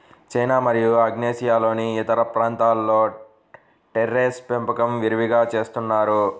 China మరియు ఆగ్నేయాసియాలోని ఇతర ప్రాంతాలలో టెర్రేస్ పెంపకం విరివిగా చేస్తున్నారు